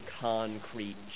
concrete